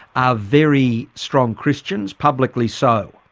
are very strong christians, publicly so.